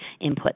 input